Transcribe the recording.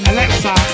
Alexa